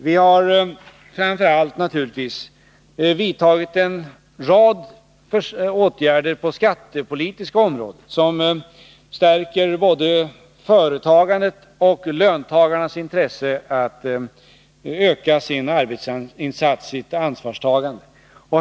Vi har framför allt naturligtvis vidtagit en rad åtgärder på det skattepolitiska området, som stärker både företagandet och löntagarnas intresse att öka sin arbetsinsats och sitt ansvarstagande.